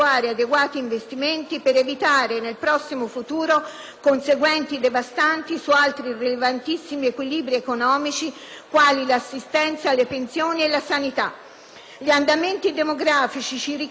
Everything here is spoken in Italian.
conseguenze devastanti su altri rilevantissimi equilibri economici quali l'assistenza, le pensioni e la sanità. Gli andamenti demografici ci richiedono di sostenere tutte quelle iniziative utili